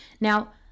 Now